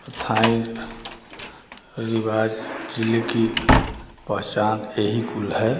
प्रथाएँ रिवाज़ ज़िले की पहचान यही कुल है